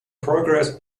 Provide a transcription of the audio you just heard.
progress